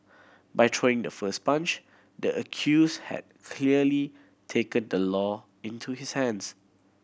by throwing the first punch the accused had clearly taken the law into his hands